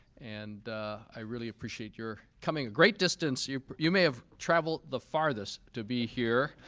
and i really appreciate your coming a great distance. you you may have traveled the farthest to be here.